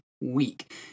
week